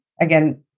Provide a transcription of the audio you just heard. again